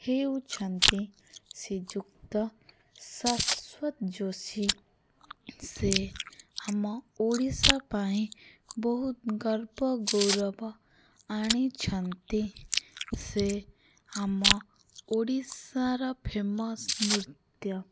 ହେଉଛନ୍ତି ଶ୍ରୀଯୁକ୍ତ ଶାଶ୍ଵତ୍ ଜୋଶୀ ସେ ଆମ ଓଡ଼ିଶା ପାଇଁ ବହୁତ୍ ଗର୍ବ ଗୌରବ ଆଣିଛନ୍ତି ସେ ଆମ ଓଡ଼ିଶାର ଫେମସ୍ ନୃତ୍ୟ